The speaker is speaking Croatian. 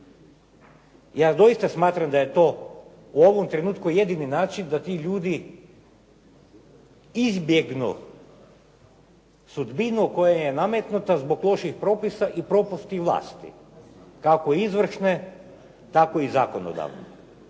Ja doista smatram da je to u ovom trenutku jedini način da ti ljudi izbjegnu sudbinu koja je nametnuta zbog loših propisa i propusta vlasti kako izvršne tako i zakonodavne.